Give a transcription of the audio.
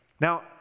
Now